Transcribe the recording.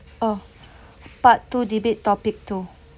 oh part two debate topic two